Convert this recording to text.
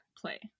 play